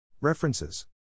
References